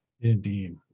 Indeed